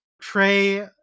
Trey